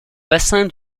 bassin